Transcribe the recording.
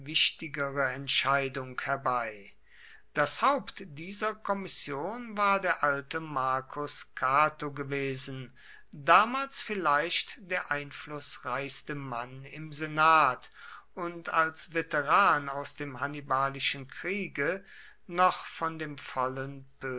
wichtigere entscheidung herbei das haupt dieser kommission war der alte marcus cato gewesen damals vielleicht der einflußreichste mann im senat und als veteran aus dem hannibalischen kriege noch von dem vollen